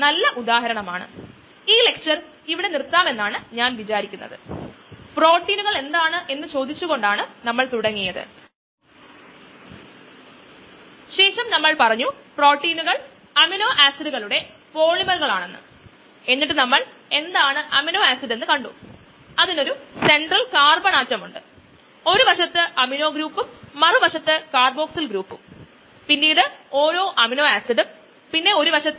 നമ്മൾ മൂന്ന് തരത്തിലുള്ള ഇൻഹിബിഷൻ ചലനാത്മകത പരിശോധിച്ചു കോംപിറ്റിറ്റിവ് നോൺ കോംപിറ്റിറ്റിവ് പിന്നെ അൺ കോംപിറ്റിറ്റിവ് കോംപിറ്റിറ്റിവ് സമയത്ത് എന്താണ് സംഭവിക്കുന്നത് നോൺ കോംപിറ്റിറ്റിവ് സമയത്ത് എന്താണ് സംഭവിക്കുന്നത് മെക്കാനിസത്തിന്റെ കാര്യത്തിൽ അൺ കോംപിറ്റിറ്റിവ് സമയത്ത് എന്താണ് സംഭവിക്കുന്നത്